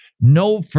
no